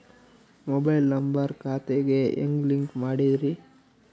Mobile number ಖಾತೆ ಗೆ ಹೆಂಗ್ ಲಿಂಕ್ ಮಾಡದ್ರಿ?